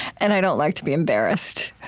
and i don't like to be embarrassed.